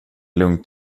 lugnt